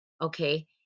okay